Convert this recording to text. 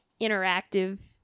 interactive